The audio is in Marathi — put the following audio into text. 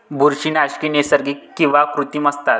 बुरशीनाशके नैसर्गिक किंवा कृत्रिम असतात